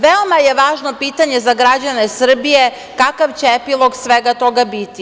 Veoma je važno pitanje za građane Srbije kakav će epilog svega toga biti.